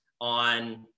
on